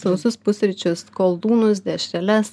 sausus pusryčius koldūnus dešreles